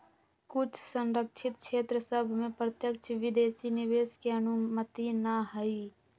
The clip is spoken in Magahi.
कुछ सँरक्षित क्षेत्र सभ में प्रत्यक्ष विदेशी निवेश के अनुमति न हइ